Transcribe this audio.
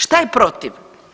Šta je protiv?